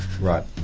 Right